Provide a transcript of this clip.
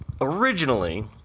originally